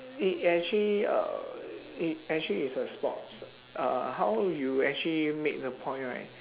it actually uh it actually is a sports uh how did you actually make the point right